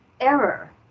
error